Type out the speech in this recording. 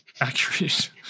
accurate